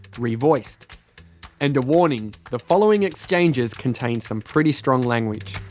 revoiced. and a warning, the following exchanges contain some pretty strong language.